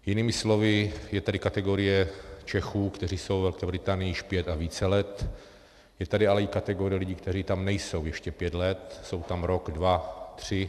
Jinými slovy, je tady kategorie Čechů, kteří jsou ve Velké Británii již pět a více let, je tady ale i kategorie lidí, kteří tam nejsou ještě pět let, jsou tam rok, dva, tři.